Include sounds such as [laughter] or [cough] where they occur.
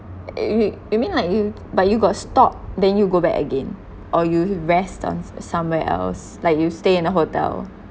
[noise] you mean like you but you got stop then you go back again or you rest on s~ somewhere else like you stay in a hotel